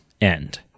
end